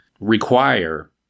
require